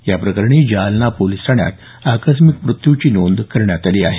या प्रकरणी जालना पोलीस ठाण्यात आकस्मिक मृत्यूची नोंद करण्यात आली आहे